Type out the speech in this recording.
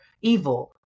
evil